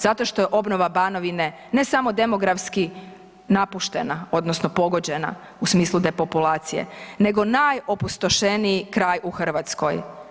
Zato što je obnova Banovine ne samo demografski napuštena odnosno pogođena u smislu depopulacije nego najopustošeniji kraj u Hrvatskoj.